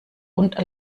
und